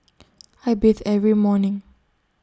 I bathe every morning